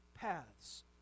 paths